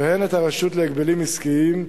ואת הרשות להגבלים עסקיים,